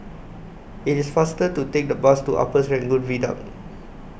IT IS faster to Take The Bus to Upper Serangoon Viaduct